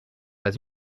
pas